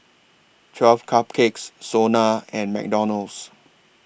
twelve Cupcakes Sona and McDonald's